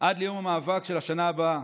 עד ליום המאבק של השנה הבאה.